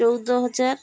ଚଉଦ ହଜାର